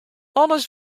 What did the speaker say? alles